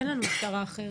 אין לנו משטרה אחרת.